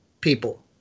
people